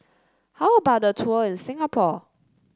how about a tour in Singapore